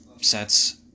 sets